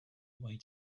way